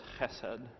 chesed